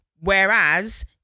Whereas